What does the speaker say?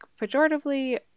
pejoratively